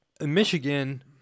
Michigan